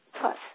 Plus